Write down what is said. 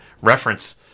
reference